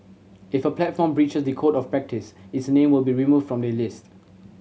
if a platform breaches the Code of Practice its name will be removed from the list